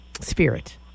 spirit